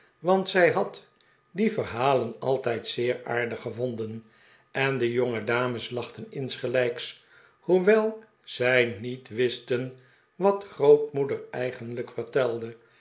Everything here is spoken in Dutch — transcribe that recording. want zij had die verhalen altijd zeer aardig gevonden en de jongedames lachten insgelijks hoewel zij niet wisten wat grootmoeder eigenlijk vertelde